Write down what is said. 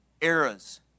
eras